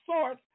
source